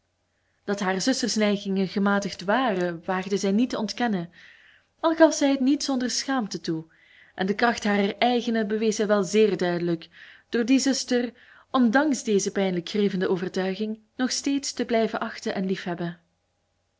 dat haar zuster's neigingen gematigd waren waagde zij niet te ontkennen al gaf zij het niet zonder schaamte toe en de kracht harer eigene bewees zij wel zéér duidelijk door die zuster ondanks deze pijnlijk grievende overtuiging nog steeds te blijven achten en liefhebben